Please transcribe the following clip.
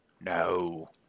no